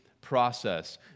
process